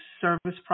service